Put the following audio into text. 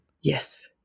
Yes